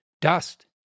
dust